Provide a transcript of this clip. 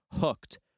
hooked